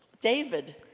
David